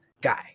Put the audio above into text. guy